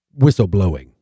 whistleblowing